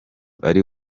ari